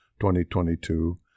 2022